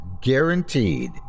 guaranteed